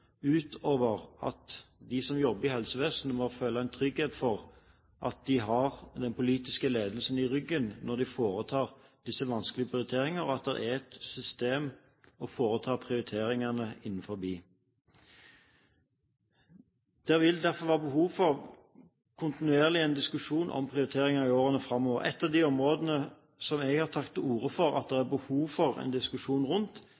at de som jobber i helsevesenet, må føle en trygghet for at de har den politiske ledelsen i ryggen når de foretar disse vanskelige prioriteringene, at det er et system som man kan foreta prioriteringene innenfor. Det vil derfor være behov for en kontinuerlig diskusjon om prioriteringene i årene framover. Ett av de områdene som jeg har tatt til orde for at det er behov for en diskusjon rundt,